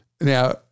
Now